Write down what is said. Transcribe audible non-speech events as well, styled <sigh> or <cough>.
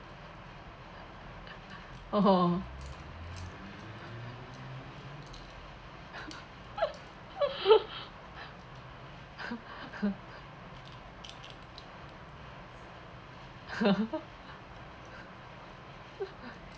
<breath> oh <laughs>